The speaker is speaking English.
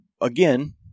again